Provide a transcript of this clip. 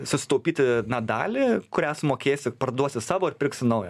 susitaupyti na dalį kurią sumokėsi parduosi savo ir pirksi naują